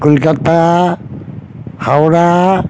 Kolkata Howrah